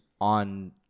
on